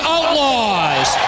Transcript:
Outlaws